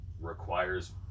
requires